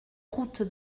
route